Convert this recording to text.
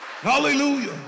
Hallelujah